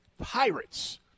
pirates